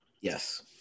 Yes